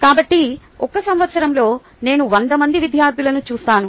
కాబట్టి ఒక సంవత్సరంలో నేను 100 మంది విద్యార్థులను చూస్తాను